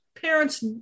parents